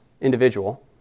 individual